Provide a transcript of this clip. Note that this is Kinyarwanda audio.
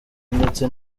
ndetse